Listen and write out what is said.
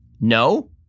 No